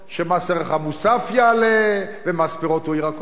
שמס ערך מוסף יעלה ומס פירות וירקות.